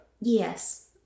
Yes